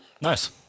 Nice